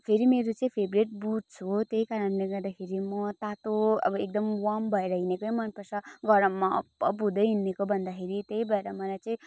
फेरि मेरो चाहिँ फेभरेट बुट्स हो त्यही कारणले गर्दाखेरि म तातो अब एकदम वार्म भएर हिँडेकै मन पर्छ गरममा हप् हप् हुँदै हिँडेको भन्दाखेरि त्यही भएर मलाई चाहिँ